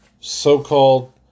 so-called